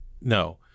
no